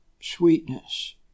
sweetness